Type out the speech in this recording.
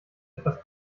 etwas